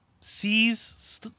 sees